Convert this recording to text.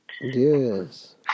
Yes